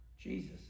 Jesus